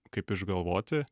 kaip išgalvoti